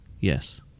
Yes